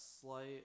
slight